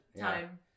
time